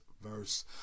verse